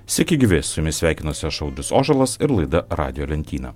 sveiki gyvi su jumis sveikinuosi aš audrius ožolas ir laida radijo lentyna